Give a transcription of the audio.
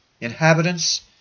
inhabitants